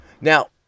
Now